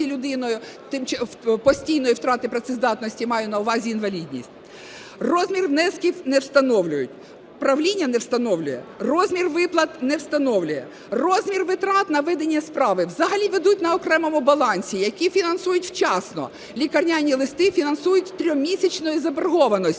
людиною, постійної втрати працездатності, я маю на увазі – інвалідність. Розмір внесків не встановлюють, правління не встановлює. Розмір виплат не встановлює. Розмір витрат на ведення справи взагалі ведуть на окремому балансі, які фінансують вчасно, лікарняні листи фінансують з тримісячною заборгованістю